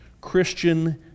Christian